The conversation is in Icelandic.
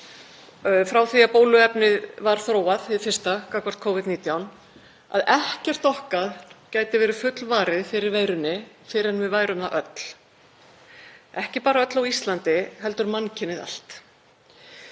frá því að fyrsta bóluefnið var þróað gegn Covid-19, að ekkert okkar gæti verið fullvarið fyrir veirunni fyrr en við værum það öll, ekki bara við öll á Íslandi heldur mannkynið allt.